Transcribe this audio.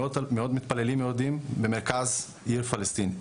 מאות מתפללים יורדים במרכז עיר פלסטינית,